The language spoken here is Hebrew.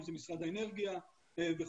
אם זה משרד האנרגיה וכו',